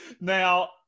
Now